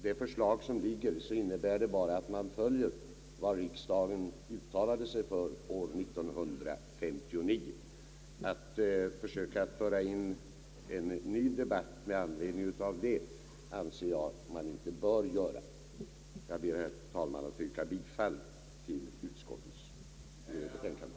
Det förslag som nu föreligger innebär bara att man följer vad riksdagen uttalade sig för år 1959, och jag anser inte att man bör ta upp en ny debatt med anledning av det. Jag ber, herr talman, att få yrka bifall till utskottets förslag.